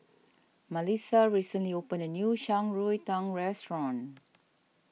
Malissa recently opened a new Shan Rui Tang Restaurant